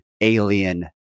alien